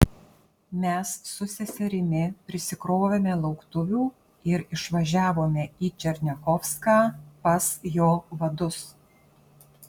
mes su seserimi prisikrovėme lauktuvių ir išvažiavome į černiachovską pas jo vadus